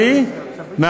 שהיא צריכה לעשות,